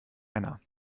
männer